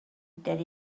that